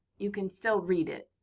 you can still read it,